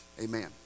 amen